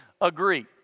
agree